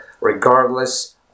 regardless